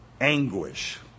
anguish